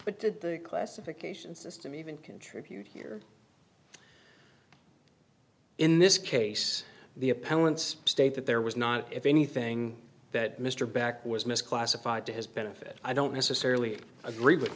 but did the classification system even contribute here in this case the appellant's state that there was not if anything that mr back was misclassified to his benefit i don't necessarily agree with